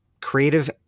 creative